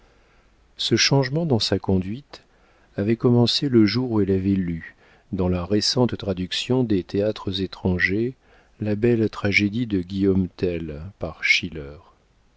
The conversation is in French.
ce changement dans sa conduite avait commencé le jour où elle avait lu dans la récente traduction des théâtres étrangers la belle tragédie de guillaume tell par schiller